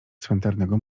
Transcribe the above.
cmentarnego